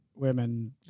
Women